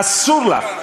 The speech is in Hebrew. אסור לך,